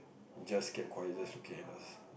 it just kept quiet just looking at us